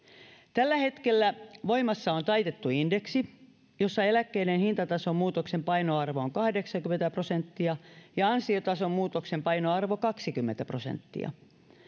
tällä hetkellä voimassa on taitettu indeksi jossa eläkkeiden hintatason muutoksen painoarvo on kahdeksankymmentä prosenttia ja ansiotason muutoksen painoarvo kaksikymmentä prosenttia